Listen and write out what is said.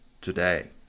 today